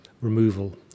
removal